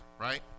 right